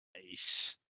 Nice